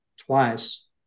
twice